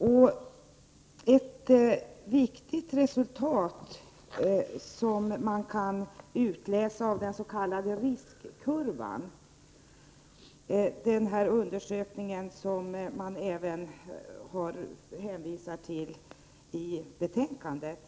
Ett viktigt resultat kan utläsas av den s.k. riskkurvan — den undersökning som man hänvisar till även i betänkandet.